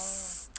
oh